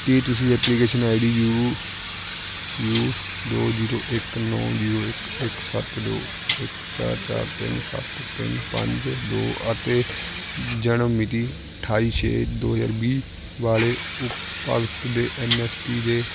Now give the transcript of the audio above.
ਕੀ ਤੁਸੀਂ application I D U U ਦੋ zero ਇੱਕ ਨੌ ਜ਼ੀਰੋ ਇੱਕ ਇੱਕ ਸੱਤ ਦੋ ਇੱਕ ਚਾਰ ਚਾਰ ਤਿੰਨ ਸੱਤ ਤਿੰਨ ਪੰਜ ਦੋ ਅਤੇ ਜਨਮ ਮਿਤੀ ਅਠਾਈ ਛੇ ਦੋ ਹਜ਼ਾਰ ਵੀਹ ਵਾਲੇ ਉਪਭੋਗਤਾ ਦੇ ਐੱਨ ਐੱਸ ਪੀ ਦੇ